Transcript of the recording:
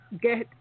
get